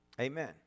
Amen